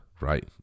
Right